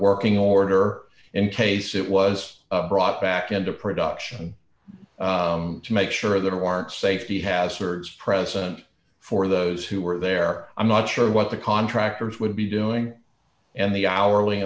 working order in case it was brought back into production to make sure there weren't safety hazards present for those who were there i'm not sure what the contractors would be doing and the hourly